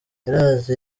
yaraje